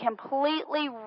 completely